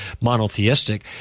monotheistic